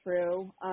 true